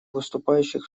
выступающих